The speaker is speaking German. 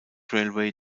railway